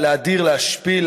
להשפיל,